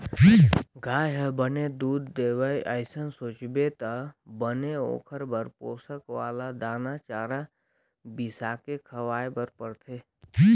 गाय ह बने दूद देवय अइसन सोचबे त बने ओखर बर पोसक वाला दाना, चारा बिसाके खवाए बर परथे